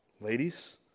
Ladies